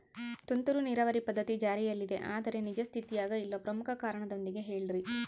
ತುಂತುರು ನೇರಾವರಿ ಪದ್ಧತಿ ಜಾರಿಯಲ್ಲಿದೆ ಆದರೆ ನಿಜ ಸ್ಥಿತಿಯಾಗ ಇಲ್ಲ ಪ್ರಮುಖ ಕಾರಣದೊಂದಿಗೆ ಹೇಳ್ರಿ?